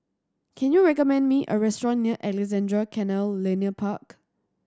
can you recommend me a restaurant near Alexandra Canal Linear Park